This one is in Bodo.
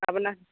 लाबोना